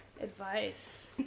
Advice